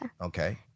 Okay